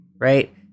right